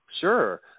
sure